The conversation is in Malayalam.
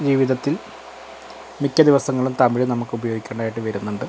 ജീവിതത്തിൽ മിക്കദിവസങ്ങളും തമിഴ് നമുക്ക് ഉപയോഗിക്കേണ്ടതായിട്ട് വരുന്നുണ്ട്